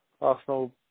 Arsenal